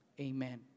Amen